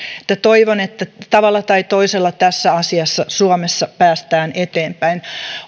toivon että tavalla tai toisella tässä asiassa suomessa päästään eteenpäin